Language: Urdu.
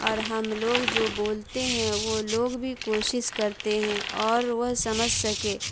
اور ہم لوگ جو بولتے ہیں وہ لوگ بھی کوشش کرتے ہیں اور وہ سمجھ سکے